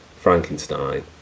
Frankenstein